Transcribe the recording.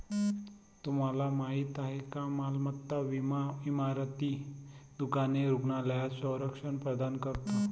तुम्हाला माहिती आहे का मालमत्ता विमा इमारती, दुकाने, रुग्णालयांना संरक्षण प्रदान करतो